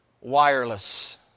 wireless